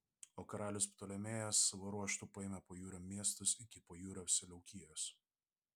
o karalius ptolemėjas savo ruožtu paėmė pajūrio miestus iki pajūrio seleukijos